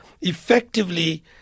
effectively